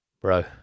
Bro